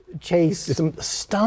Chase